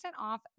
off